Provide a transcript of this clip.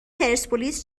پرسپولیس